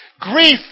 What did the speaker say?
Grief